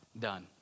done